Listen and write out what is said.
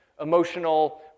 emotional